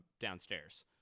downstairs